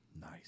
Nice